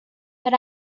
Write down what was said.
but